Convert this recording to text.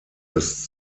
des